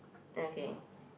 okay